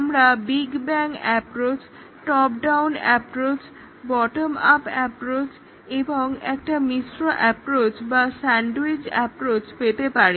আমরা big bang approach top down approach bottom up approach এবং একটা মিশ্র অ্যাপ্রোচ বা স্যান্ডউইচ অ্যাপ্রোচ পেতে পারি